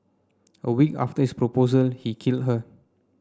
a week after his proposal he killed her